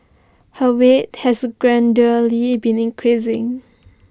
her weight has been increasing